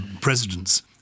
presidents